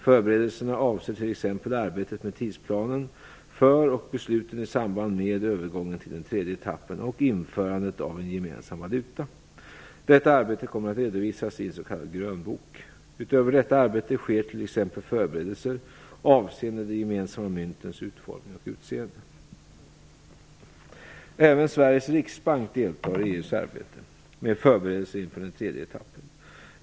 Förberedelserna avser t.ex. arbetet med tidsplanen för och besluten i samband med övergången till den tredje etappen och införandet av en gemensam valuta. Detta arbete kommer att redovisas i en s.k. grönbok. Utöver detta arbete sker t.ex. förberedelser avseende de gemensamma myntens utformning och utseende. Även Sveriges riksbank deltar i EU:s arbete med förberedelser inför den tredje etappen.